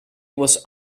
was